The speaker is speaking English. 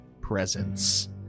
presence